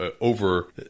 over